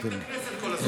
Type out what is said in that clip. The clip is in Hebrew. את הכנסת כל הזמן.